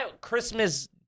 Christmas